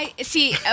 See